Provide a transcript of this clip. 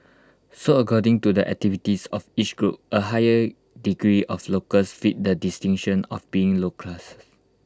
so according to the activities of each group A high degree of locals fit the distinction of being lower class